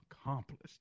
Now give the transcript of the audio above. accomplished